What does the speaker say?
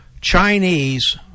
Chinese